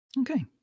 Okay